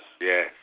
Yes